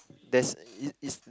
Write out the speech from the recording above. there's is is